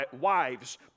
wives